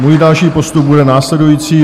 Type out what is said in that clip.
Můj další postup bude následující.